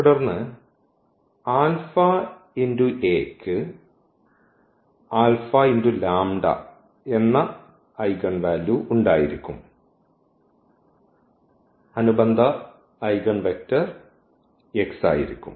തുടർന്ന് αA യ്ക്ക് എന്ന ഐഗൻവാല്യൂ ഉണ്ടായിരിക്കും അനുബന്ധ ഐഗൻവെക്റ്റർ x ആയിരിക്കും